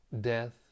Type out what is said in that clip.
death